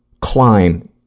climb